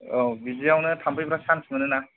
औ बिदियावनो थाम्फैफोरा चान्ज मोनो ना